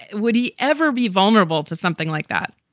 would he ever be vulnerable to something like that?